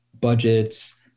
budgets